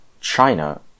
China